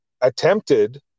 attempted